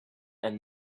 and